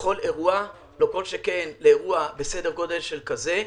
לכל אירוע, לא כל שכן לאירוע בסדר גודל כזה.